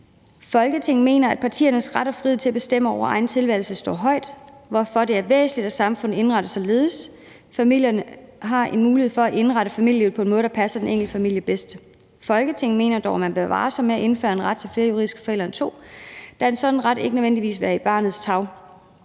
Folketinget mener, at familiernes ret og frihed til at bestemme over egen tilværelse står højt, hvorfor det er væsentligt, at samfundet indrettes således, at familierne har mulighed for at indrette familielivet på den måde, der passer den enkelte familie bedst. Folketinget mener dog, at man bør være varsom med at indføre en ret til flere juridiske forældre end to, da en sådan ret ikke nødvendigvis vil være i barnets tarv